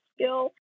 skill